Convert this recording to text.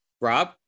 Rob